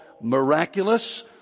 miraculous